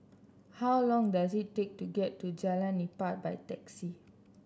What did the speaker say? how long does it take to get to Jalan Nipah by taxi